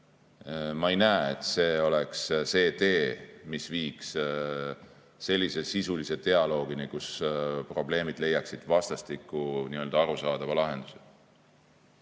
ma ei näe, et see oleks tee, mis viiks sisulise dialoogini, kus probleemid leiaksid vastastikku arusaadava lahenduse.